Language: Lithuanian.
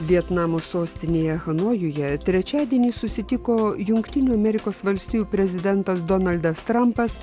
vietnamo sostinėje hanojuje trečiadienį susitiko jungtinių amerikos valstijų prezidentas donaldas trampas